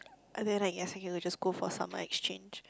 and then I guess I can just go for summer exchange